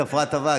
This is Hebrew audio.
צפרא טבא,